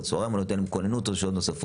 בצהריים או לא ייתן להם כוננות או שעות נוספות.